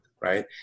right